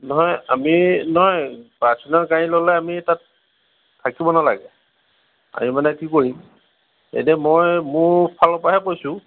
নহয় আমি নহয় পাৰ্চনেল গাড়ী ল'লে আমি তাত থাকিব নালাগে আমি মানে কি কৰিম এতিয়া মই মোৰ ফালৰ পৰাহে কৈছোঁ